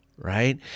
right